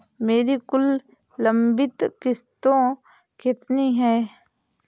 मेरी कुल लंबित किश्तों कितनी हैं?